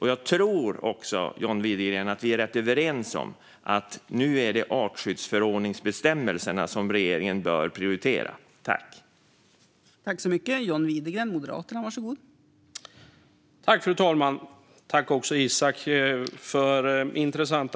Jag tror, John Widegren, att vi är rätt överens om att det nu är artskyddsförordningsbestämmelserna som regeringen bör prioritera. Det finns anledning att göra det.